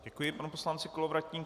Děkuji, pane poslanče Kolovratníku.